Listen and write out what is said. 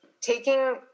taking